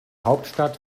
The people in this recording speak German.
hauptstadt